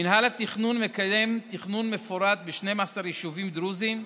מינהל התכנון מקדם תכנון מפורט ב-12 יישובים דרוזיים: